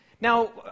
Now